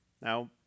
Now